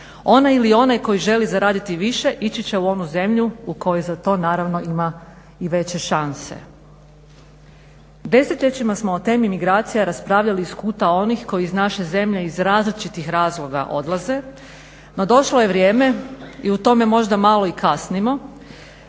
Ona ili onaj koji želi zaraditi više ići će u onu zemlju u kojoj za to naravno ima i veće šanse. Desetljećima smo o temi migracija raspravljali iz kuta onih koji iz naše zemlje iz različitih razloga odlaze. No, došlo je vrijeme i u tome možda malo i kasnimo